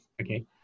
okay